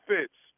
Fitz